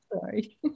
Sorry